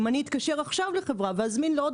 אם אתקשר עכשיו לחברה ואזמין לעוד